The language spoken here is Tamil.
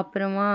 அப்புறமா